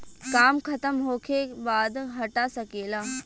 काम खतम होखे बाद हटा सके ला